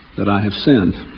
that i have sinned.